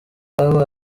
baba